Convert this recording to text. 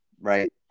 right